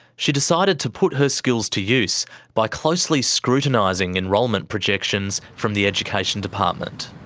she decided to put her skills to use by closely scrutinising enrolment projections from the education department.